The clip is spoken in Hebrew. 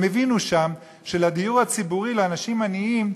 הם הבינו שם שלדיור הציבורי לאנשים עניים,